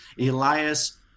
Elias